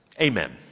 Amen